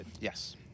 Yes